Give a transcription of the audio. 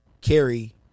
carry